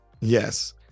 yes